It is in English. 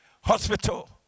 Hospital